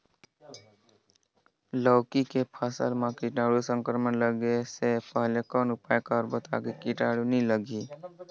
लौकी के फसल मां कीटाणु संक्रमण लगे से पहले कौन उपाय करबो ता कीटाणु नी लगही?